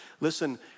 listen